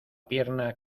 pierna